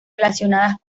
relacionadas